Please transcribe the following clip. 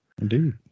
Indeed